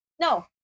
no